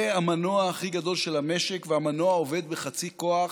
זה המנוע הכי גדול של המשק, והמנוע עובד בחצי כוח,